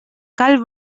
cal